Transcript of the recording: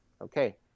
okay